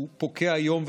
הוא פוקע היום,